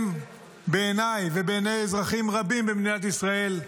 בעיניי ובעיני אזרחים רבים במדינת ישראל,